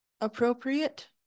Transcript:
appropriate